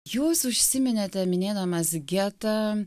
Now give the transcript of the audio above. jūs užsiminėte minėdamas getą